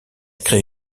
crée